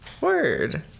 Word